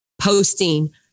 posting